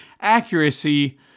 accuracy